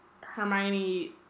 Hermione